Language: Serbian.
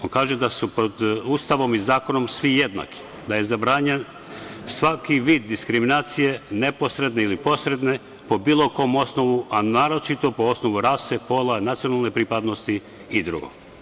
On kaže da su pred Ustavom i zakonom svi jednaki, da je zabranjen svaki vid diskriminacije, neposredne ili posredne, po bilo kom osnovu, a naročito po osnovu rase, pola, nacionalne pripadnosti i drugo.